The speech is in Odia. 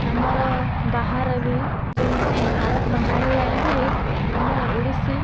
ଆମର ବାହାରେ ବି ଯେମିତିକି ଭାରତ ବାହାରେ ଯାଇକି ବି ଆମ ଓଡ଼ିଶୀ